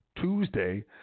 Tuesday